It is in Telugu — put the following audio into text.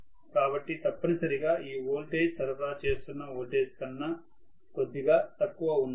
కాబట్టి తప్పనిసరిగా ఈ వోల్టేజ్ సరఫరా చేస్తున్న వోల్టేజ్ కన్నా కొద్దిగా తక్కువ ఉండాలి